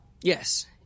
yes